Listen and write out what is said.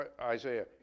Isaiah